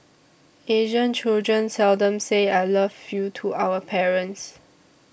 Asian children seldom say I love you to our parents